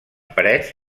parets